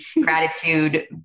gratitude